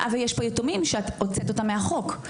אבל יש פה יתומים שאת הוצאת אותם מהחוק.